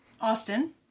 Austin